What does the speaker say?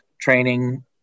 training